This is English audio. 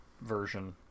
version